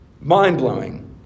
mind-blowing